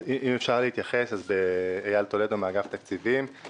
אני מאגף התקציבים ואני מבקש להתייחס.